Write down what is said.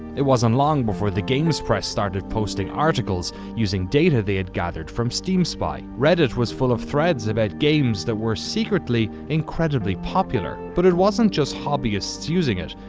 it wasn't long before the games press started posting articles using data they had gathered from steam spy. reddit was full of threads about games that were secretly incredibly popular. but it wasn't just hobbyists using it.